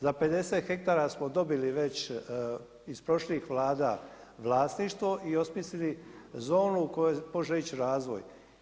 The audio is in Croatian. Za 50 hektara smo dobili već iz prošlih Vlada vlasništvo i osmislili zonu u kojoj može ići razvoj.